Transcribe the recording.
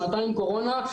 שנתיים קורונה,